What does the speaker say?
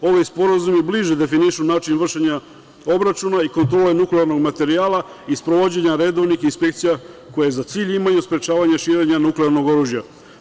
Ovi sporazumi bliže definišu način vršenja obračuna i kontrole nuklearnog materijala i sprovođenja redovnih inspekcija koje za cilj imaju sprečavanje širenja nuklearnog oružja.